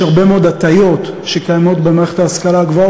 יש הרבה מאוד הטיות במערכת ההשכלה הגבוה,